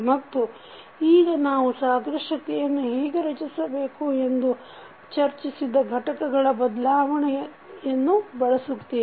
ಮತ್ತು ಈಗ ನಾವು ಸಾದೃಶ್ಯತೆಯನ್ನು ಹೇಗೆ ರಚಿಸಬೇಕು ಎಂದು ಚರ್ಚಿಸಿದ ಘಟಕಗಳ ಬದಲಾವಣೆಯನ್ನು ಬಳಸುತ್ತೇವೆ